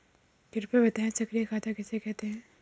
कृपया बताएँ सक्रिय खाता किसे कहते हैं?